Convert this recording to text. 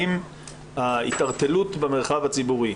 האם ההתערטלות במרחב הציבורי,